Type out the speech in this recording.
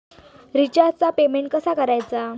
रिचार्जचा पेमेंट कसा करायचा?